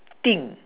thing